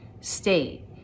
state